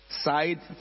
side